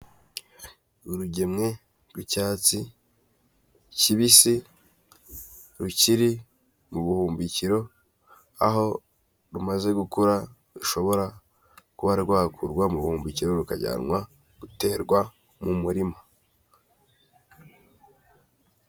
Urugemwe rw'icyatsi kibisi rukiri mu buhumbikiro, aho rumaze gukura rushobora kuba rwakurwa muhumbukiro rukajyanwa guterwa mu murima.